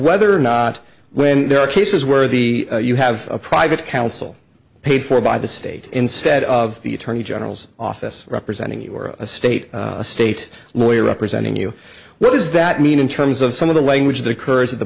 whether or not when there are cases where the you have a private counsel paid for by the state instead of the attorney general's office representing you or a state a state lawyer representing you what does that mean in terms of some of the language of the kurds at the